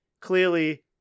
Clearly